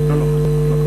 לא, לא.